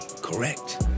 correct